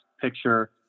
picture